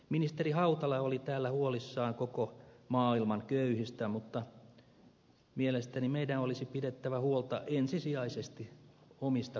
ministeri hautala oli täällä huolissaan koko maailman köyhistä mutta mielestäni meidän olisi pidettävä huolta ensisijaisesti omista kansalaisistamme